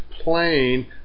plane